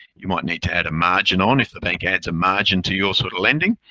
you might need to add a margin on if the bank adds a margin to your sort of lending.